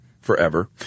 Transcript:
forever